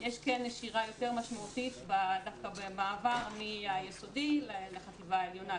יש כן נשירה יותר משמעותית דווקא במעבר מהיסודי לחטיבה העליונה,